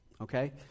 okay